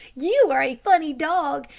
you are a funny dog!